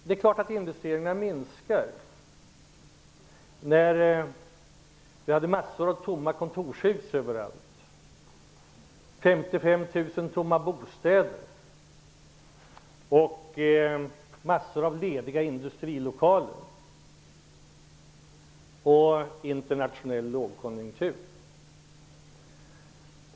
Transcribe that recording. Det är klart att investeringarna minskade när det fanns massor av tomma kontorshus överallt, 55 000 tomma bostäder, massor av lediga industrilokaler och internationell lågkonjunktur.